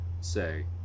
Say